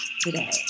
today